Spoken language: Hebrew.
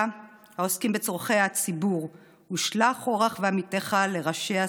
העוסקים בצורכי הציבור: ושלח אורך ואמיתך לראשיה,